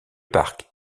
parc